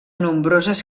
nombroses